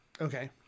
okay